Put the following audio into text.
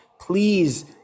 please